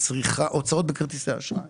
ההוצאות בכרטיסי אשראי